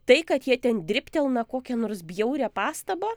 tai kad jie ten dribtelna kokią nors bjaurią pastabą